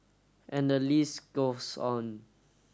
and the list goes on